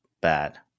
bad